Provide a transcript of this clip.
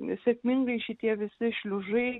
sėkmingai šitie visi šliužai